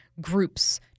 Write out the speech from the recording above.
groups